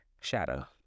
Shadow